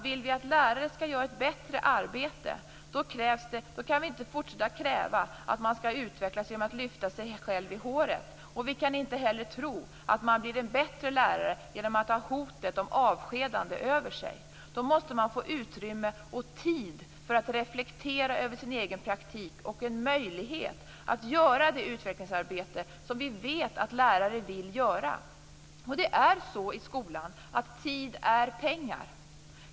Vill vi att lärare skall göra ett bättre arbete tror jag inte att vi kan fortsätta att kräva att man skall utvecklas genom att lyfta sig själv i håret. Vi kan inte heller tro att man blir en bättre lärare genom att ha hotet om avskedande över sig. Man måste få utrymme och tid att reflektera över sin egen praktik och en möjlighet att göra det utvecklingsarbete som vi vet att lärare vill göra. Det är så i skolan att tid är pengar.